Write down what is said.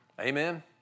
Amen